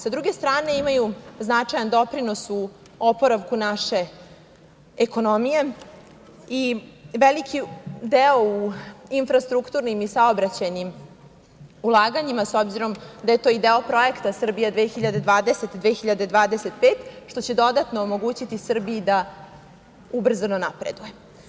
Sa druge strane, imaju značajan doprinos u oporavku naše ekonomije i veliki deo u infrastrukturnim i saobraćajnim ulaganjima, s obzirom da je to i deo projekta „Srbija 2020-2025“, što će dodatno omogućiti Srbiji da ubrzano napreduje.